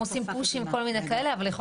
הם עושים פושים וכל מיני כאלה אבל יכול